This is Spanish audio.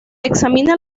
examina